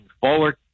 forward